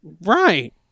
Right